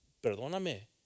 Perdóname